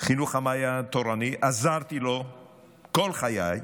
חינוך המעיין התורני, עזרתי לו כל חיי,